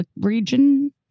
region